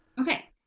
okay